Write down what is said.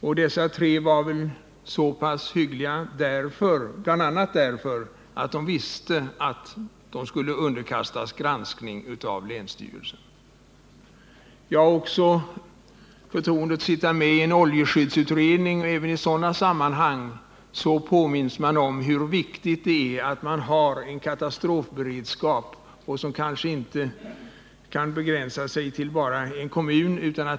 Och dessa tre var väl acceptabla bl.a. därför att man visste att de skulle underkastas länsstyrelsens granskning. Jag har förtroendet att sitta med i en oljeskyddsutredning. Även i det sammanhanget påminns man om hur viktigt det är att det finns en katastrofberedskap, som inte begränsar sig till bara en kommun.